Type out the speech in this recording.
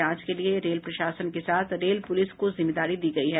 जांच के लिए रेल प्रशासन के साथ रेल पुलिस को जिम्मेदारी दी गयी है